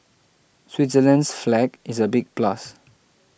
Switzerland's flag is a big plus